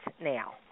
now